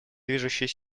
движущей